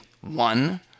one